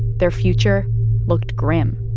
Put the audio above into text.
their future looked grim